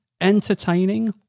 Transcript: entertaining